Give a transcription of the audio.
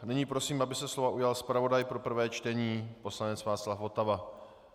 Nyní prosím, aby se slova ujal zpravodaj pro prvé čtení poslanec Václav Votava.